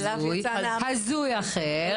הזוי אחר.